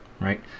right